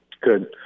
Good